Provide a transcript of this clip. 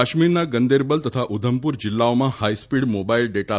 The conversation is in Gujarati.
કાશ્મીરના ગંદેરબલ તથા ઉધમપુર જિલ્લાઓમાં હાઈ સ્પીડ મોબાઈલ ડેટા